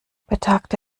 betagte